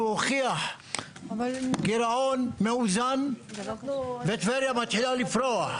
הוכיח גרעון מאוזן וטבריה מתחילה לפרוח.